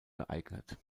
geeignet